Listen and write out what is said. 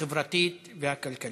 החברתית והכלכלית.